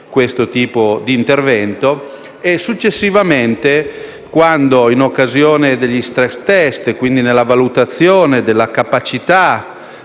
questo tipo d'intervento; successivamente, quando in occasione degli *stress test*, quindi della valutazione della capacità